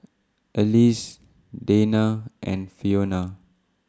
Alease Dayna and Fiona